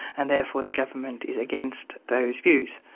and therefore the government is against those views.